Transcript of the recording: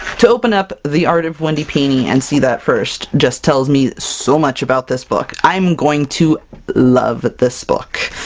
to open up the art of wendy pini and see that first just tells me so much about this book! i'm going to love this book!